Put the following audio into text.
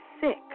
sick